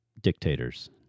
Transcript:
Dictators